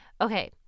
Okay